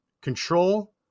control